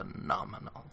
phenomenal